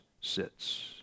sits